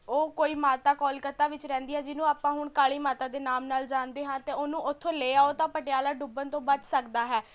ਉਹ ਕੋਈ ਮਾਤਾ ਕੋਲਕਾਤਾ ਵਿੱਚ ਰਹਿੰਦੀ ਹੈ ਜਿਹਨੂੰ ਆਪਾਂ ਹੁਣ ਕਾਲੀ ਮਾਤਾ ਦੇ ਨਾਮ ਨਾਲ ਜਾਣਦੇ ਹਾਂ ਅਤੇ ਉਹਨੂੰ ਉੱਥੋਂ ਲੈ ਆਉ ਤਾਂ ਪਟਿਆਲਾ ਡੁੱਬਣ ਤੋਂ ਬਚ ਸਕਦਾ ਹੈ